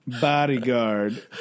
bodyguard